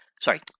sorry